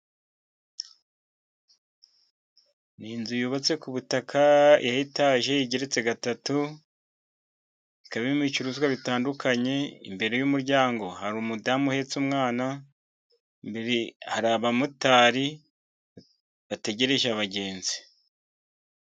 Ni inzu yubatse ku butaka ya etage igeretse gatatu, ikaba irimo ibicuruzwa bitandukanye, imbere y'umuryango hari umudamu uhetse umwana, hari abamotari bategereje abagenzi.